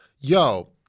Yo